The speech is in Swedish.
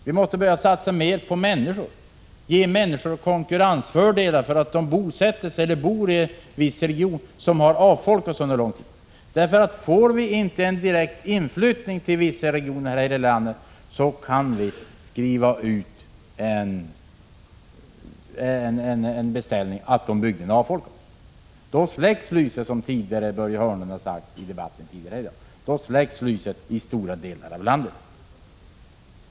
Vi måste satsa mer på människor och ge konkurrensfördelar åt dem som bor eller bosätter sig i en viss region som under lång tid haft minskande befolkning. Får vi inte en direkt inflyttning till vissa regioner här i landet, är det detsamma som att vi skriver ut en beställning på avfolkning av dessa. Då släcks ljuset, som Börje Hörnlund har sagt i debatten tidigare i dag, i stora delar av landet.